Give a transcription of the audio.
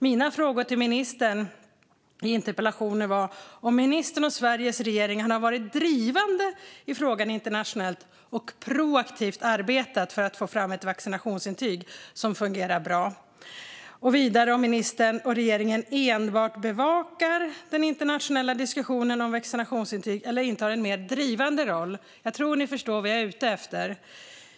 Mina frågor i interpellationen till ministern var om ministern och Sveriges regering har varit drivande i frågan internationellt och proaktivt arbetat för att få fram ett vaccinationsintyg som fungerar bra och vidare om ministern och regeringen enbart bevakar den internationella diskussionen om vaccinationsintyg eller intar en mer drivande roll. Jag tror att ni förstår vad jag är ute efter.